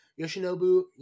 Yoshinobu